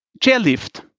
chairlift